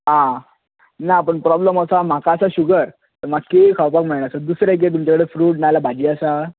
ना पण प्रोबलम असो आसा की म्हाका आसा शुगर सो म्हाका केळी खावपाक मेळना सो दुसरे कितें तुमचे कडेन फ्रुट ना जाल्यार भाजी आसा